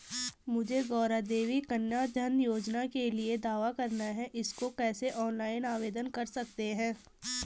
मुझे गौरा देवी कन्या धन योजना के लिए दावा करना है इसको कैसे ऑनलाइन आवेदन कर सकते हैं?